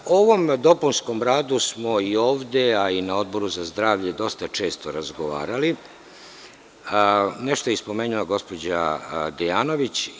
O ovom dopunskom radu smo i ovde a i na Odboru za zdravlje dosta često razgovarali, a nešto je i spomenula gospođa Dejanović.